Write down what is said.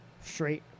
straight